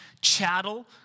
chattel